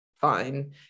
Fine